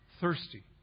Thirsty